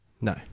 No